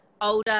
older